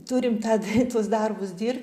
turim tą daryt tuos darbus dirb